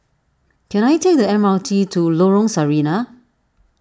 can I take the M R T to Lorong Sarina